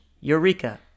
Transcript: Eureka